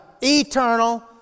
eternal